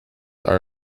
are